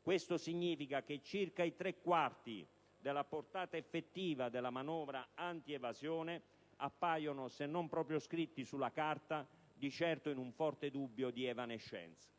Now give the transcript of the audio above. Questo significa che circa i tre quarti della portata effettiva della manovra antievasione, appaiono, se non proprio scritti sulla carta, di certo in un forte dubbio di evanescenza.